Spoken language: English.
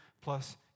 plus